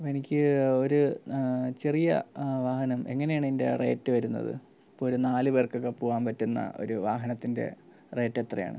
എനിക്ക് ഒരു ചെറിയ വാഹനം എങ്ങനെയാണ് അതിൻ്റെ റേറ്റ് വരുന്നത് ഇപ്പം ഒരു നാലു പേർക്കൊക്കെ പോവാൻ പറ്റുന്ന ഒരു വാഹനത്തിൻ്റെ റേറ്റ് എത്രയാണ്